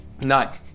Nine